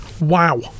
Wow